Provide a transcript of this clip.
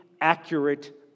accurate